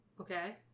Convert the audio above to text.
Okay